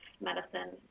medicine